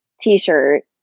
t-shirt